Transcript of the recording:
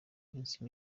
minsi